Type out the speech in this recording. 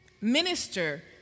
minister